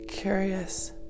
curious